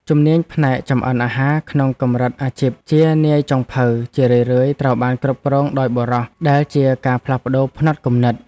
ជំនាញផ្នែកចម្អិនអាហារក្នុងកម្រិតអាជីពជានាយចុងភៅជារឿយៗត្រូវបានគ្រប់គ្រងដោយបុរសដែលជាការផ្លាស់ប្តូរផ្នត់គំនិត។